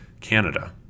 Canada